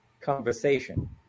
conversation